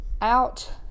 out